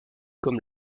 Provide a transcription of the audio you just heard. comme